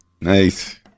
Nice